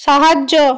সাহায্য